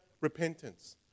repentance